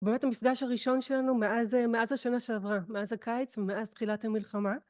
באמת המפגש הראשון שלנו מאז השנה שעברה, מאז הקיץ ומאז תחילת המלחמה